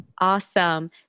Awesome